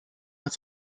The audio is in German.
als